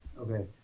Okay